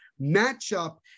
matchup